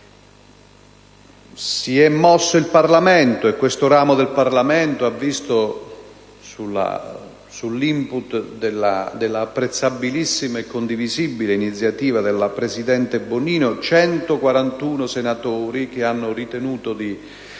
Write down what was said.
Si è mosso il Parlamento, e questo ramo del Parlamento ha visto, sull'*input* dell'apprezzabilissima e condivisibile iniziativa della presidente Bonino, 141 senatori che hanno ritenuto di